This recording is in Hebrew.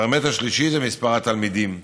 פרמטר שלישי זה מספר התלמידים,